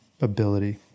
ability